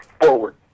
forward